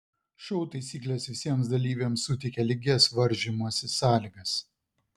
šou taisyklės visiems dalyviams suteikia lygias varžymosi sąlygas